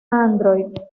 android